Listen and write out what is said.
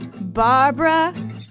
Barbara